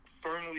firmly